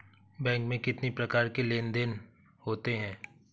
Bank में कितनी प्रकार के लेन देन देन होते हैं?